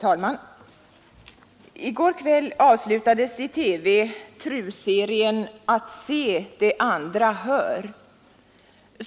talman! I går kväll avslutades i TV TRU-serien ”Att se det andra hör”.